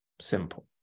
Simple